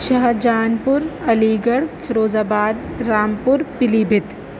Shahjahanpur Aligarh Firozabad Rampur پیلی بھیت